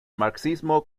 marxismo